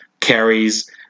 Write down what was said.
carries